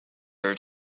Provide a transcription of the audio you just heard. her